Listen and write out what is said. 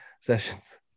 sessions